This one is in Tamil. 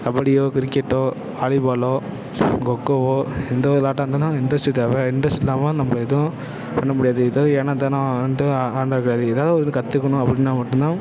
கபடியோ கிரிக்கெட்டோ வாலிபாலோ கொக்கோவோ எந்த விளாட்டா இருந்தாலும் இன்ட்ரெஸ்ட்டு தேவை இன்ட்ரெஸ்ட் இல்லாமல் நம்ம எதுவும் பண்ண முடியாது இது ஏன்னா தெனம் வந்துட்டு ஏதாது ஒன்று கற்றுக்கணும் அப்படின்னா மட்டுந்தான்